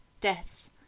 deaths